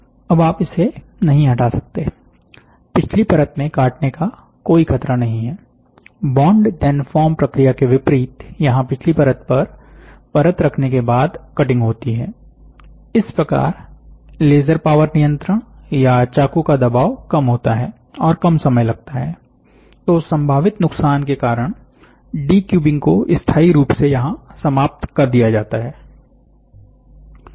अब आप इसे नहीं हटा सकते पिछली परत में काटने का कोई खतरा नहीं है बॉन्ड धेन फॉर्म प्रक्रिया के विपरीत यहां पिछली परत पर परत रखने के बाद कटिंग होती है इस प्रकार लेजर पावर नियंत्रण या चाकू का दबाव कम होता है और कम समय लगता है तो संभावित नुकसान के कारण डीक्यूबिंग को स्थाई रूप से यहां समाप्त कर दिया जाता है